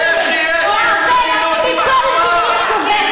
איך יהיו שתי מדינות עם ה"חמאס"?